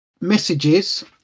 Messages